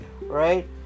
right